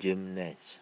Jimenez